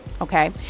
okay